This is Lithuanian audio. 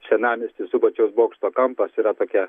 senamiesty subačiaus bokšto kampas yra tokia